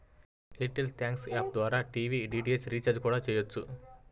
air tell thanks app ద్వారా TV DTH recharge కూడా చెయ్యొచ్చు